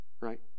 right